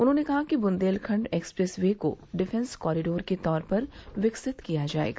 उन्होंने कहा कि बुंदेलखंड एक्सप्रेस वे को डिफेंस कॉरिडोर के तौर पर विकसित किया जायेगा